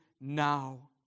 now